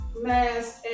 mask